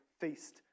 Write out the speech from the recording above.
feast